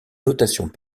notations